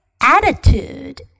attitude